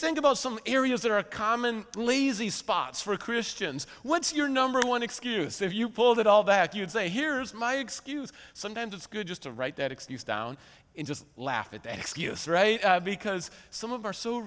think about some areas that are common lazy spots for christians what's your number one excuse if you pulled it all that you'd say here's my excuse sometimes it's good just to write that excuse down in just laugh at that excuse right because some of our so